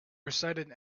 recited